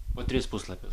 po tris puslapius